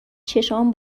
چشامو